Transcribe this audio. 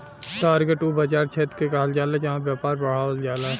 target उ बाज़ार क्षेत्र के कहल जाला जहां व्यापार बढ़ावल जाला